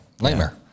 Nightmare